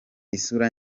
isura